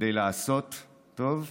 כדי לעשות טוב,